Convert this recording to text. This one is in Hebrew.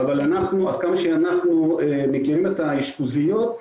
אבל עד כמה שאנחנו מכירים את האשפוזיות,